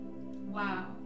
wow